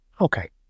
Okay